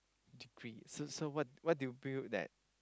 degree so so what what do you feel that